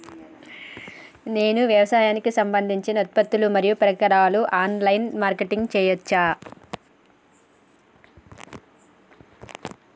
నేను వ్యవసాయానికి సంబంధించిన ఉత్పత్తులు మరియు పరికరాలు ఆన్ లైన్ మార్కెటింగ్ చేయచ్చా?